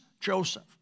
Joseph